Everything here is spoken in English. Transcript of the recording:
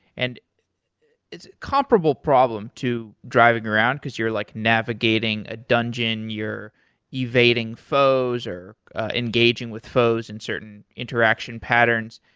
and it's a comparable problem to driving around because you're like navigating a dungeon, you're evading foes or engaging with foes in certain interaction patterns,